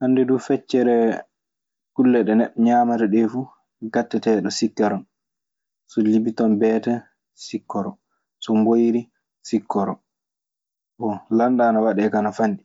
Hannde duu, feccere kulle ɗe neɗɗo ñaamata ɗee fuu gaɗteteeɗe sikkoro. So lipiton beetee, sikkoro. So mboyri sikkoro. Bon, lanɗan ana waɗee kaa ana fanɗi.